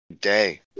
Day